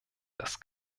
dass